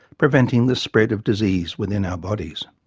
preventing the spread of disease within our bodies.